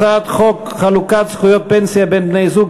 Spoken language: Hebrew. הצעת חוק חלוקת זכויות פנסיה בין בני-זוג,